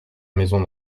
maison